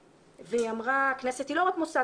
והיא גם אמרה: "הכנסת היא לא רק מוסד